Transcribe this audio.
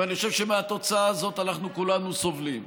ואני חושב שמהתוצאה הזאת כולנו סובלים.